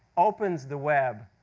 opens the web,